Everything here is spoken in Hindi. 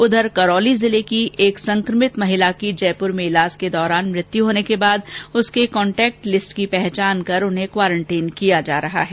उधर करौली जिले की एक संक्रमित महिला की जयपुर में इलाज के दौरान मृत्यू होने के बाद उसके कॉन्टैक्ट लिस्ट की पहचान कर क्वांरटीन किया जा रहा है